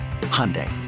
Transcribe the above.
Hyundai